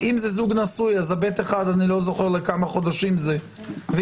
אם זה זוג נשוי אז ב1 הוא לכמה חודשים ואם